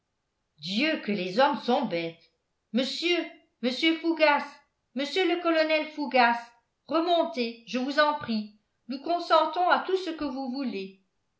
dieu que les hommes sont bêtes monsieur monsieur fougas monsieur le colonel fougas remontez je vous en prie nous consentons à tout ce que vous voulez